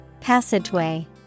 Passageway